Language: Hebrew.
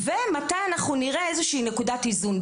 מתי נראה איזושהי נקודת איזון?